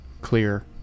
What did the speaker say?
clear